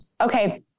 Okay